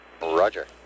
Roger